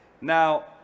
Now